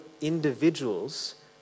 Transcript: individuals